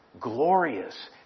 glorious